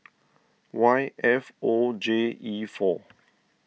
Y F O J E four